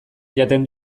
jaten